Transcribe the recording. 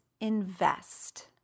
invest